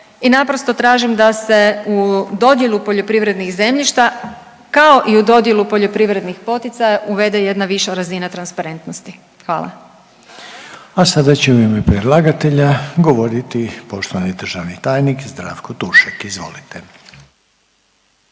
i naprosto tražim da se u dodjelu poljoprivrednih zemljišta, kao i u dodjelu poljoprivrednih poticaja uvede jedna viša razina transparentnosti, hvala. **Reiner, Željko (HDZ)** A sada će u ime predlagatelja govoriti poštovani državni tajnik Zdravko Tušek, izvolite.